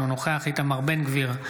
אינו נוכח איתמר בן גביר,